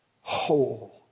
whole